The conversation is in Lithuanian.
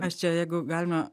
mes čia jeigu galime